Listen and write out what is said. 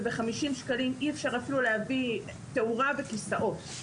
וב- 50 ש"ח אי אפשר אפילו להביא תאורה וכסאות.